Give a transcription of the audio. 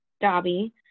Dobby